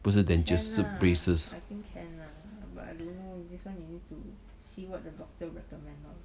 不是 dentures 是 braces